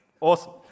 Awesome